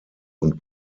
und